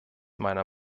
meiner